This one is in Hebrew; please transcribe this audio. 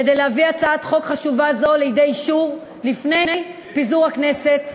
כדי להביא הצעת חוק חשובה זו לידי אישור לפני פיזור הכנסת.